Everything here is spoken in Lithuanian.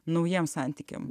naujiems santykiams